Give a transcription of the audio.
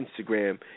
Instagram